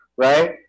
Right